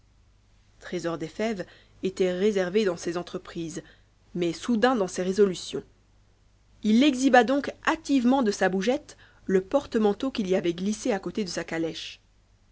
trésor des fèves était réservé dans ses entreprises mais soudain dans ses résolutions il exhiba donc hâtivement de sa bougette le porte-manteau qu'il y avait glissé a côté de sa calèche